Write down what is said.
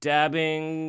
Dabbing